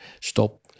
stop